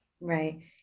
Right